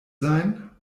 sein